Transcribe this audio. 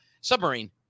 submarine